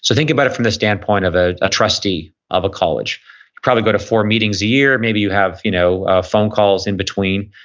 so think about it from the standpoint of ah a trustee of a college. you probably go to four meetings a year, maybe you have you know ah phone calls in between,